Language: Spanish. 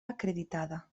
acreditada